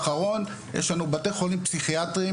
יש לנו בתי חולים פסיכיאטריים,